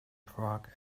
prague